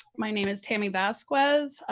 my name is tammy vazquez,